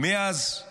מאז